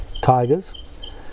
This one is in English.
tigers